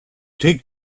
take